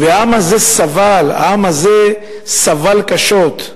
והעם הזה סבל, העם הזה סבל קשות.